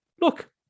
Look